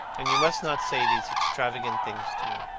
and you must not say these extravagant things to me.